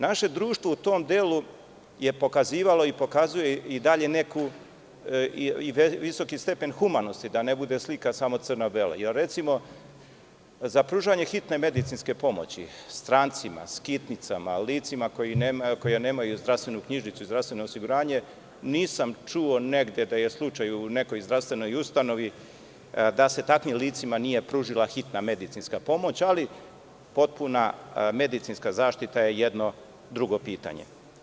Naše društvo u tome delu je pokazivalo i pokazuje neki visok stepen humanosti, da ne bude slika samo crno belo, jer recimo, za pružanje hitne medicinske pomoći strancima, skitnicama, licima koje nemaju zdravstvenu knjižicu i zdravstveno osiguranje nisam čuo negde da je slučaj u nekoj zdravstvenoj ustanovi da se takvim licima nije pružila hitan medicinska pomoć ali potpuna medicinska zaštita je jedno drugo pitanje.